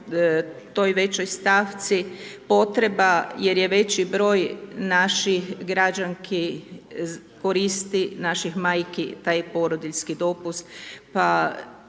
toj većoj stavci potreba jer je veći broj naših građanki koristi naših majki taj porodiljski dopust,